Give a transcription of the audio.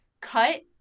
cut